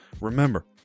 remember